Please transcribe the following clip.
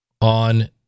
on